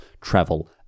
travel